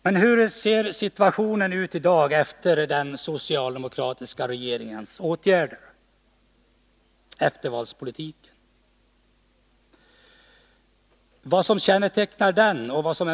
Men hur ser situationen ut efter den socialdemokratiska regeringens åtgärder?